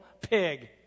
pig